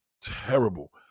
terrible